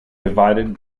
divided